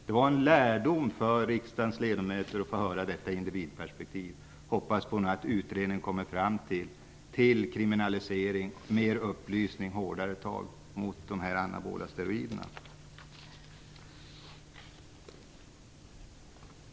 Det var en lärdom för riksdagens ledamöter att få detta individperspektiv. Jag hoppas att den här utredningen kommer fram till kriminalisering, mer upplysning och hårdare tag när det gäller de anabola steroiderna.